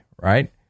right